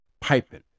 piping